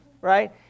Right